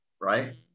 right